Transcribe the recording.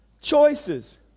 choices